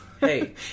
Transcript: Hey